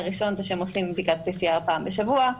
הראשון זה שהם עושים בדיקת PCR פעם בשבוע,